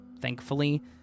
thankfully